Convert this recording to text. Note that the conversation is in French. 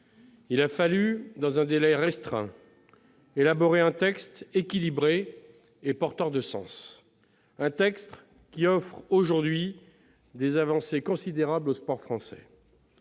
Il a fallu, dans un délai restreint, élaborer un texte équilibré et porteur de sens, un texte qui offre, aujourd'hui, des avancées considérables au sport français.